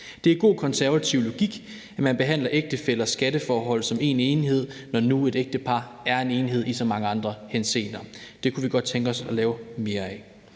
Det er god konservativ logik, at man behandler ægtefæller som én enhed med hensyn til skatteforhold, når nu et ægtepar er en enhed i så mange andre henseender. Det kunne vi godt tænke os at lave mere af.